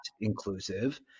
inclusive